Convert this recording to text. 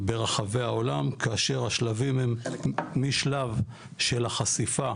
ברחבי העולם, כאשר השלבים הם משלב של החשיפה